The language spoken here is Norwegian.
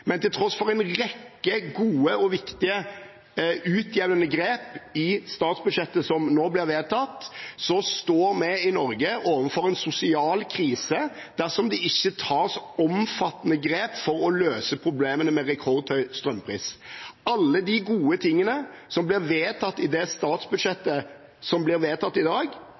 Men til tross for en rekke gode og viktige utjevnende grep i statsbudsjettet som nå blir vedtatt, står vi i Norge overfor en sosial krise dersom det ikke tas omfattende grep for å løse problemene med rekordhøy strømpris. Alt det gode som blir vedtatt i statsbudsjettet i dag, vil bli spist opp av første strømregning i